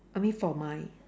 I mean for my